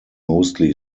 mostly